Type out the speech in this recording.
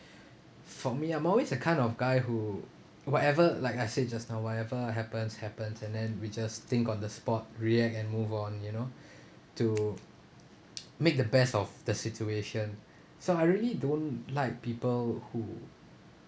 for me I'm always a kind of guy who whatever like I said just now whatever happens happens and then we just think on the spot react and move on you know to make the best of the situation so I really don't like people who